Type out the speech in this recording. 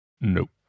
Nope